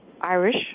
Irish